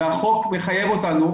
והחוק מחייב אותנו,